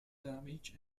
damage